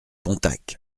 pontacq